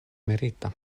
merita